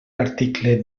article